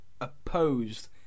opposed